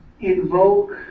invoke